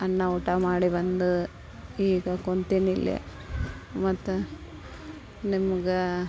ಅನ್ನ ಊಟ ಮಾಡಿ ಬಂದು ಈಗ ಕುಳ್ತೇನಿಲ್ಲೆ ಮತ್ತು ನಿಮ್ಗೆ